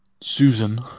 Susan